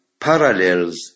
parallels